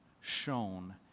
shown